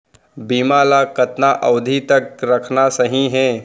बीमा ल कतना अवधि तक रखना सही हे?